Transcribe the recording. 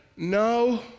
No